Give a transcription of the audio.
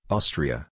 Austria